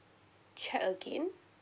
check again